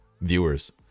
viewers